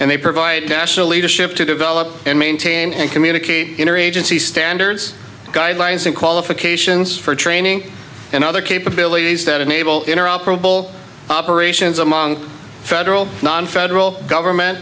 and they provide national leadership to develop and maintain and communicate interagency standards guidelines and qualifications for training and other capabilities that enable interoperable operations among federal non federal government